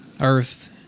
earth